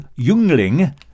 Jungling